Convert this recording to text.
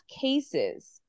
cases